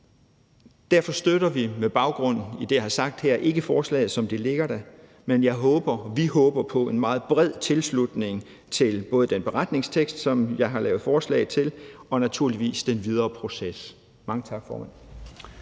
Derfor støtter vi med baggrund i det, jeg har sagt her, ikke forslaget, som det ligger, men vi håber på en meget bred tilslutning til både den beretningstekst, som jeg har lavet et forslag til, og naturligvis den videre proces. Mange tak, formand.